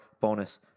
bonus